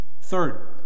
Third